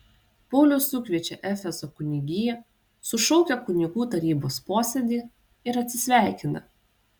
paulius sukviečia efezo kunigiją sušaukia kunigų tarybos posėdį ir atsisveikina